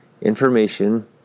information